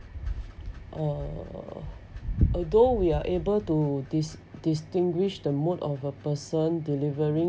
uh although we are able to dis~ distinguish the mode of a person delivering